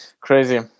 Crazy